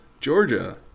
Georgia